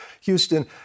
Houston—